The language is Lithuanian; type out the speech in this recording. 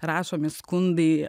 rašomi skundai